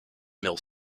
mill